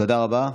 תודה רבה.